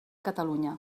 catalunya